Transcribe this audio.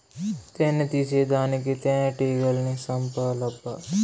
తేని తీసేదానికి తేనెటీగల్ని సంపాలబ్బా